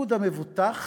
תפקוד המבוטח